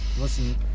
listen